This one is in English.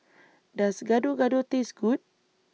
Does Gado Gado Taste Good